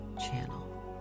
channel